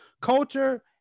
culture